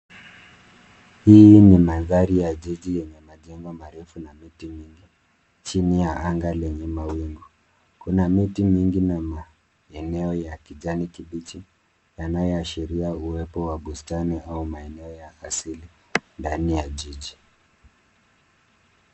Hii ni mandhari ya jiji yenye majengo marefu na miti mingi chini ya anga lenye mawingu. Kuna miti mingi na maeneo ya kijani kibichi yanayoashiria uwepo wa bustani au maeneo ya asili ndani ya jiji.